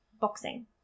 boxing